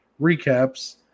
recaps